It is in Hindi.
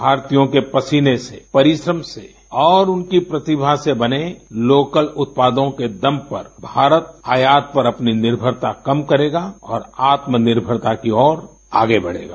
भारतीयों के पसीने से परिश्रम से और उनकी प्रतिमा से बने लोकल उत्पादों के दम पर भारत आयात पर अपनी निर्भरता कम करेगा और आत्मनिर्भरता की ओर आगे बढ़ेगा